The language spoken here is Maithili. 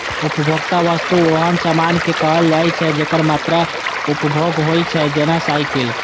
उपभोक्ता वस्तु ओहन सामान कें कहल जाइ छै, जेकर मात्र उपभोग होइ छै, जेना साइकिल